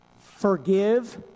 Forgive